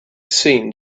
seemed